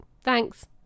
Thanks